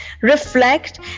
Reflect